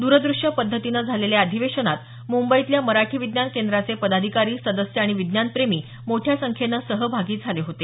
दूरदृश्य पद्धतीनं झालेल्या या अधिवेशनात मुंबईतल्या मराठी विज्ञान केंद्राचे पदाधिकारी सदस्य आणि विज्ञानप्रेमी मोठ्या संख्येनं सहभागी झाले होते